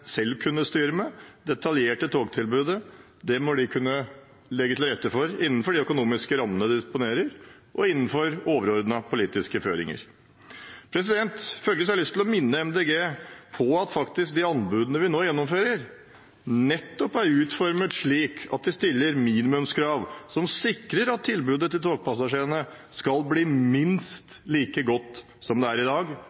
selv kunne styre med. Det detaljerte togtilbudet må de kunne legge til rette for innenfor de økonomiske rammene de disponerer, og innenfor overordnede politiske føringer. Følgelig har jeg lyst til å minne Miljøpartiet De Grønne på at de anbudene vi nå gjennomfører, nettopp er utformet slik at de stiller minimumskrav som sikrer at tilbudet til togpassasjerene skal bli